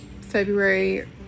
February